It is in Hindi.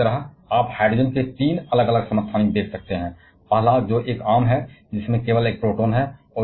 यहां की तरह आप हाइड्रोजन के 3 अलग अलग आइसोटोप देख सकते हैं पहला जो एक आम है जिसमें केवल एक प्रोटॉन है